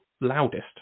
loudest